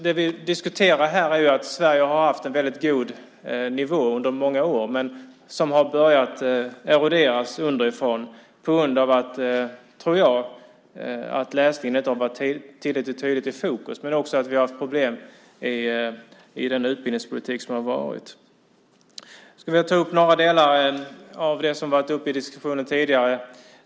Det vi diskuterar här är att Sverige har haft en väldigt god nivå under många år som har börjat eroderas underifrån på grund av, tror jag, att läsningen inte har varit tillräckligt tydligt i fokus men också på grund av problem till följd av den utbildningspolitik som har varit. Jag skulle vilja ta upp några delar av det som har varit uppe i diskussionen tidigare.